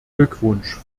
glückwunsch